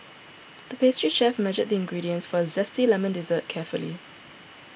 the pastry chef measured the ingredients for a Zesty Lemon Dessert carefully